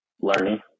learning